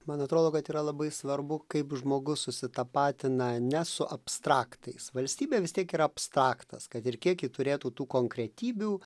man atrodo kad yra labai svarbu kaip žmogus susitapatina ne su abstraktais valstybė vis tiek yra abstraktas kad ir kiek ji turėtų tų konkretybių